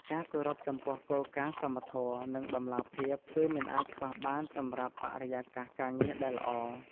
ការគោរពចំពោះគោលការណ៍សមធម៌ និងតម្លាភាពគឺមិនអាចខ្វះបានសម្រាប់បរិយាកាសការងារដែលល្អ។